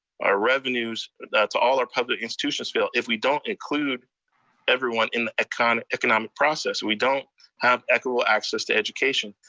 our revenues, that's all our public institutions fail if we don't include everyone in the kind of economic process. we don't have equitable access to education.